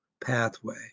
pathway